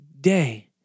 day